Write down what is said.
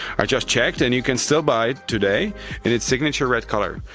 i just checked and you can still buy it today in its signature red color.